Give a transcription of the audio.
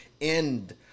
end